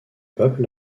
peuple